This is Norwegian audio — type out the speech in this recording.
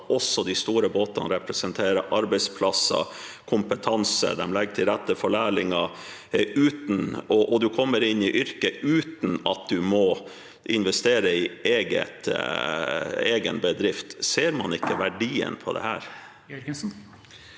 de store båtene representerer arbeidsplasser og kompetanse. De legger til rette for lærlinger, og man kommer inn i yrket uten at man må investere i egen bedrift. Ser man ikke verdien i dette?